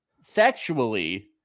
sexually